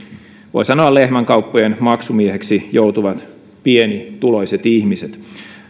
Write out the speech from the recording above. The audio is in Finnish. voi sanoa lehmänkauppojen maksumiehiksi joutuvat pienituloiset ihmiset